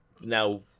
Now